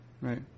right